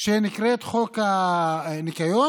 שנקראת "חוק הניקיון"